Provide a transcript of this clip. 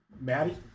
Maddie